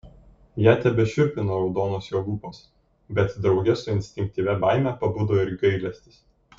ją tebešiurpino raudonos jo lūpos bet drauge su instinktyvia baime pabudo ir gailestis